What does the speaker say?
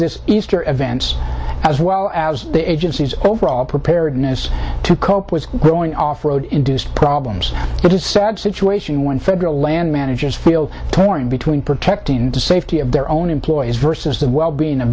this easter events as well as the agency's overall preparedness to cope with going off road induced problems but it's sad situation when federal land managers feel torn between protecting the safety of their own employees versus the well being of